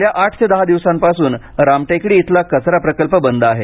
गेल्या आठ ते दहा दिवसापासून रामटेकडी इथला कचरा प्रकल्प बंद आहे